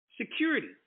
security